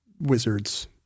wizards